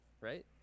right